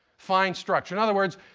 fine structure. in other words,